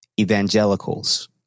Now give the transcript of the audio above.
evangelicals